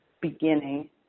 beginning